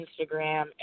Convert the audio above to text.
instagram